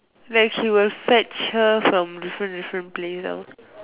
like he will fetch her from different different place ah